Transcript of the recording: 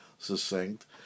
succinct